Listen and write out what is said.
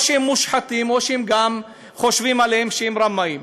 או שהם מושחתים או שהם חושבים גם עליהם שהם רמאים.